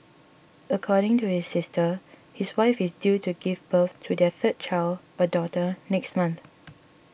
according to his sister his wife is due to give birth to their third child a daughter next month